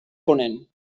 ponent